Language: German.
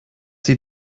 sie